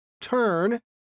Turn